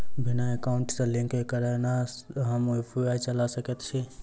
बिना एकाउंट सँ लिंक करौने हम यु.पी.आई चला सकैत छी?